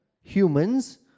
humans